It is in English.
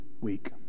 week